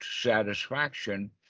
satisfaction